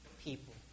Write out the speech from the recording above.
people